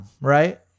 right